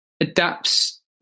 adapts